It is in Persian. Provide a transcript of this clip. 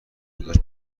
خودش